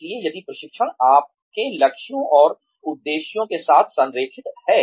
इसलिए यदि प्रशिक्षण आपके लक्ष्यों और उद्देश्यों के साथ संरेखित है